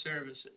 services